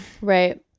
Right